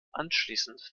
anschließend